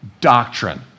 doctrine